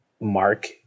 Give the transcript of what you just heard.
Mark